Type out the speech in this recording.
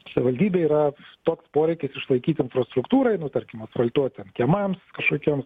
savivaldybėj yra toks poreikis išlaikyti infrastruktūrai nu nutarkim asfaltuotiems kiemams kažkokiems